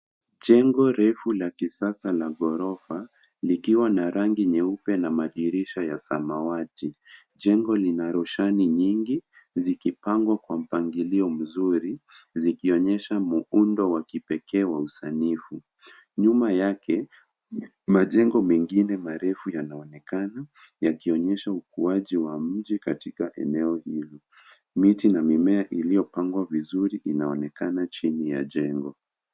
Jengo refu la kisasa la ghorofa likiwa na rangi nyeupe na madirisha ya samawati. Jengo lina roshani nyingi zikipangwa kwa mpangilio mzuri zikionyesha muundo wa kipekee wa usanifu. Nyuma yake majengo mengine marefu yanaonekana yakionyesha ukuaji wa mji katika eneo hilo. Miti na mimea iliopangwa vizuri inaonekana chini ya jengo.